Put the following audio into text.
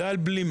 זה על בלימה.